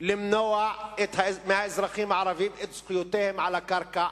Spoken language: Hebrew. למנוע מהאזרחים הערבים את זכויותיהם על הקרקע.